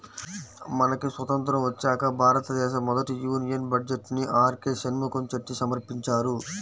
మనకి స్వతంత్రం వచ్చాక భారతదేశ మొదటి యూనియన్ బడ్జెట్ను ఆర్కె షణ్ముఖం చెట్టి సమర్పించారు